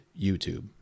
YouTube